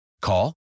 Call